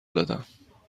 دادم